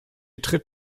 tritt